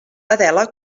adela